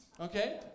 Okay